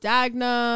Dagna